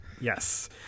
yes